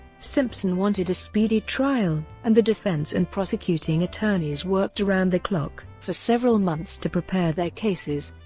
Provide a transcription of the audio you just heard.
simpson wanted a speedy trial, and the defense and prosecuting attorneys worked around the clock for several months to prepare their cases.